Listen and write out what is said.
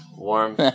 Warm